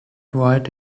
write